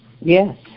yes